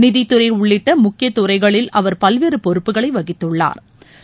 நிதித்துறை உள்ளிட்ட முக்கிய துறைகளில் அவர் பல்வேறு பொறுப்புகளை வகித்துள்ளாா்